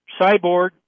cyborg